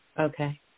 Okay